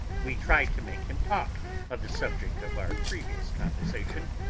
we tried to make him talk of the subject of our previous conversation,